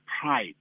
pride